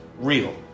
real